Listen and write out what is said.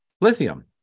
lithium